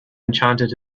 enchanted